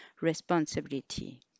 responsibility